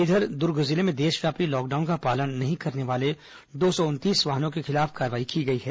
इधर दुर्ग जिले में देशव्यापी लॉकडाउन का पालन नहीं करने वाले दो सौ उनतीस वाहनों के खिलाफ कार्रवाई की गई है